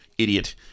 idiot